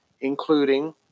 including